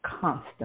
constant